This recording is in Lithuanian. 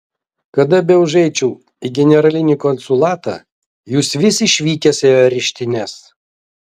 kada beužeičiau į generalinį konsulatą jūs vis išvykęs į areštines